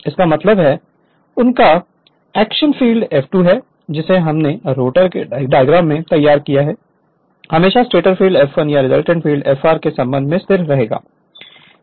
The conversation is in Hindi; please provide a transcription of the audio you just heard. इसका मतलब है उनका एक्शन फील्ड F2 है जिसे हमने रोटर के डायग्राम में तैयार किया है हमेशा स्टेटर फ़ील्ड F1 या रिजल्ट फ़ील्ड Fr के संबंध में स्थिर रहता है इसलिए ये सभी चीजें स्थिर रहती हैं